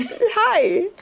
Hi